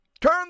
Turn